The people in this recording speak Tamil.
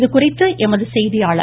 இதுகுறித்து எமது செய்தியாளர்